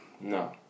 No